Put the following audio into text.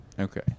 Okay